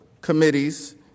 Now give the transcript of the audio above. Committee's